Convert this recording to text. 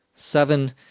Seven